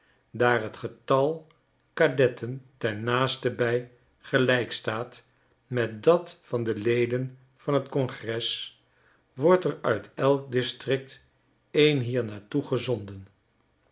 daar het getal cadetten ten naastenbij gelijk staat met dat van de leden van t congres wordt eruit elk district een hier naar toe gezonden